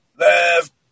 Left